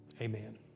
amen